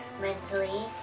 mentally